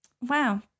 Wow